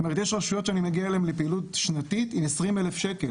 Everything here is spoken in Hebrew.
יש רשויות שאני מגיע אליהן לפעילות שנתית עם 20,000 שקל